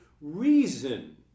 reason